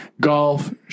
golf